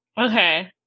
Okay